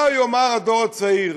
מה יאמר הדור הצעיר?